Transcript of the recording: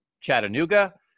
Chattanooga